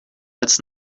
als